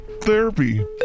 therapy